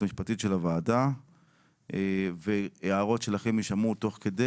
המשפטית של הוועדה והערות שלכם יישמעו תוך כדי.